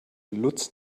lutz